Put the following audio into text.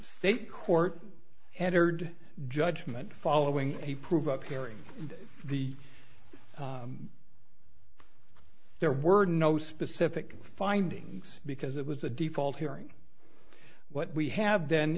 state court and heard judgement following the prove up hearing the there were no specific findings because it was a default hearing what we have then